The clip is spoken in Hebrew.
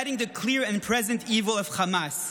combating the clear and present evil of Hamas.